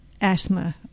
asthma